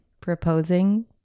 proposing